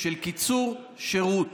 של קיצור שירות.